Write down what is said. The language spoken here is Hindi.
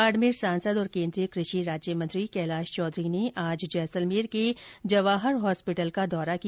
बाडमेर सांसद और केन्द्रीय कृषि राज्य मंत्री कैलाश चौधरी ने आज जैसलमेर के जवाहर हॉस्पीटल का दौरा किया